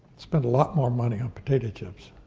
spend a lot more money on potato chips.